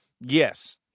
Yes